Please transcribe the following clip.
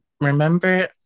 remember